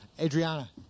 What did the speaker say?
Adriana